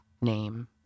name